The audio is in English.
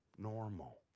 normal